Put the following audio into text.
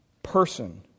Person